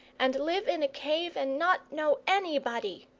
and live in a cave and not know anybody!